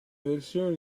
versione